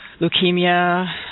Leukemia